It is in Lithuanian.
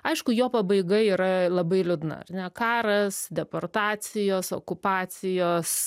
aišku jo pabaiga yra labai liūdna ar ne karas deportacijos okupacijos